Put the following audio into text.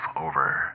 Over